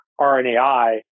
RNAi